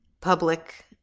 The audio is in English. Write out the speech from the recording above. public